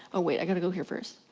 oh wait i've gotta go here first,